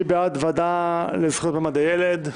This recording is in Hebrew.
מי בעד הוועדה לזכויות מעמד הילד?